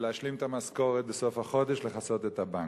ולהשלים את המשכורת בסוף החודש לכסות בבנק.